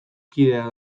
kidea